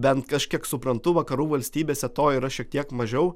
bent kažkiek suprantu vakarų valstybėse to yra šiek tiek mažiau